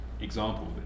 example